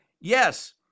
yes